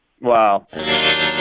Wow